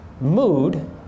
mood